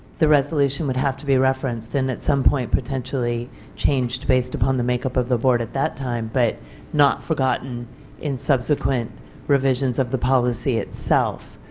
the resolution would have to be referenced and at some point potentially changed based upon the makeup of the board at that time, but not forgotten in subsequent revisions of the policy itself.